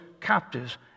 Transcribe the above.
captives